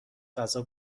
غذا